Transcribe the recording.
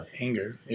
Anger